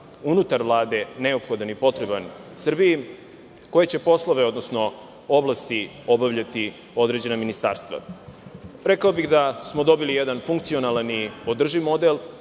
unutar Vlade neophodan i potreban Srbiji, koji će poslove, odnosno oblasti obavljati određena ministarstva. Rekao bih da smo dobili jedan funkcionalna i održiv model,